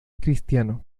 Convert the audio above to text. cristiano